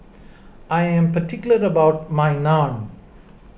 I am particular about my Naan